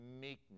meekness